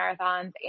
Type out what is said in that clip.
marathons